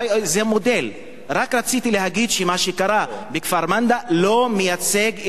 רק רציתי להגיד שמה שקרה בכפר-מנדא לא מייצג את תושבי הכפר.